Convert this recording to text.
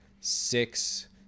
six